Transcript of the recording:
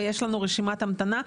ויש לנו רשימת המתנה.